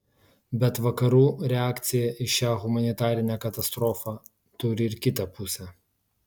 bet vakarų reakcija į šią humanitarinę katastrofą turi ir kitą pusę